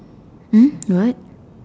mm what